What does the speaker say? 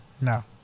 No